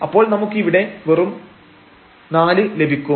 അപ്പോൾ നമുക്ക് ഇവിടെ വെറും 4 ലഭിക്കും